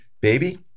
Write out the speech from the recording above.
baby